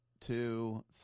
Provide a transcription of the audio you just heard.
two